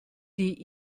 die